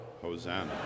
Hosanna